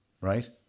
Right